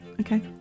Okay